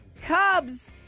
Cubs